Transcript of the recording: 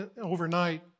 overnight